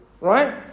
right